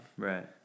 Right